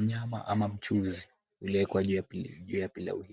nyama ama mchuzi uliowekwa juu ya pilau hio.